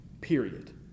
period